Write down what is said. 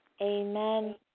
Amen